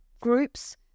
groups